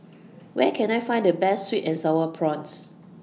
Where Can I Find The Best Sweet and Sour Prawns